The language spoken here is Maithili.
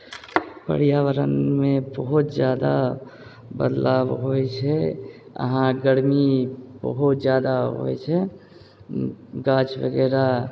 पर्यावरणमे बहुत जादा बदलाब होइ छै अहाँ गरमी बहुत जादा होए छै गाछ वगैरह